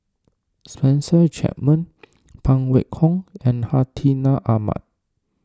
Spencer Chapman Phan Wait Hong and Hartinah Ahmad